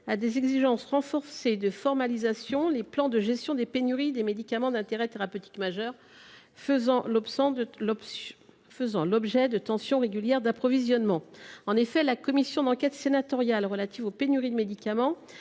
à des exigences renforcées de formalisation les plans de gestion des pénuries des médicaments d’intérêt thérapeutique majeur faisant l’objet de tensions régulières d’approvisionnement. La commission d’enquête sénatoriale relative aux pénuries de médicaments